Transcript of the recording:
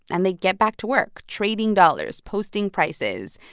and they get back to work trading dollars, posting prices.